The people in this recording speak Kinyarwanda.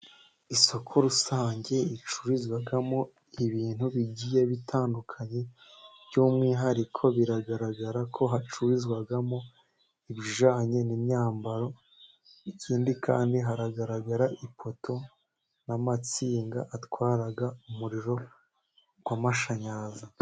Isoko rusange ricururizwamo ibintu bigiye bitandukanye, by'umwihariko biragaragara ko hacururizwamo ibijyanye n'imyambaro, ikindi kandi hagaragara ipoto n'amatsinga atwara umuriro w'amashanyarazi.